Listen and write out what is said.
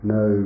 no